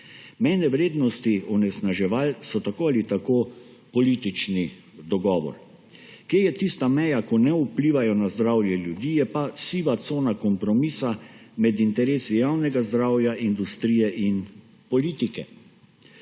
Mejne vrednosti onesnaževal so tako ali tako politični dogovor. Kje je tista meja, ko ne vplivajo na zdravje ljudi, je pa siva cona kompromisa med interesi javnega zdravja, industrije in politike.